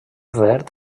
verd